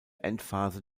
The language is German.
endphase